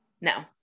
No